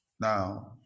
Now